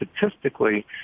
statistically